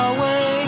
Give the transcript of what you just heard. Away